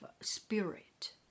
spirit